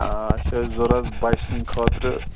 اَسہِ ٲسۍ ضوٚرتھ بَچہِ سٕنٛدۍ خٲطرٕ